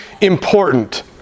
important